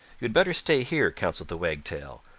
you had better stay here, counselled the wagtail.